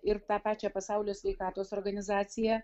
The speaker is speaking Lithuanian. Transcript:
ir tą pačią pasaulio sveikatos organizaciją